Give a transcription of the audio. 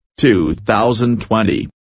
2020